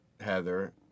Heather